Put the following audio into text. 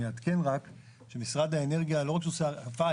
אני אעדכן שמשרד האנרגיה לא רק שעושה RFI,